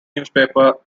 newspaper